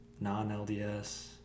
non-LDS